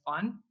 fun